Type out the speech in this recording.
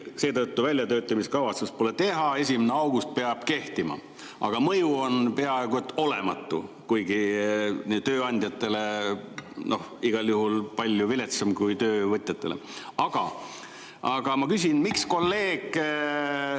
Seetõttu väljatöötamiskavatsust pole [vaja] teha, 1. augustist peab ta kehtima. Aga mõju on peaaegu olematu, kuigi tööandjatele [on see] igal juhul palju viletsam kui töövõtjatele. Aga ma küsin, miks kolleeg